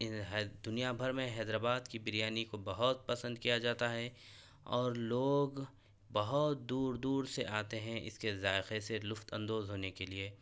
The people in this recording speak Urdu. ان حید دنیا بھر میں حیدرآباد کی بریانی کو بہت پسند کیا جاتا ہے اور لوگ بہت دور دور سے آتے ہیں اس کے ذائقے سے لطف اندوز ہونے کے لیے